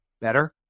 better